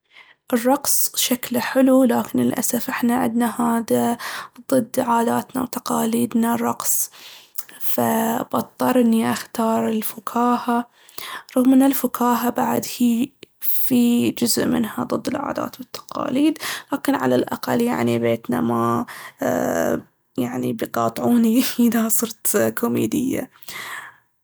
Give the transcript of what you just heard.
الرقص شكله حلو لكن، للأسف احنا عندنا هذا ضد عاداتنا وتقاليدنا، الرقص. فبضظر إني أختار الفكاهة، رغم ان الفكاهة بعد هي في جزء منها ضد العادات والتقاليد. لكن على الأقل يعني بيتنا ما أ- يعني بيقاطعوني اذا صرت كوميدية.